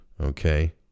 Okay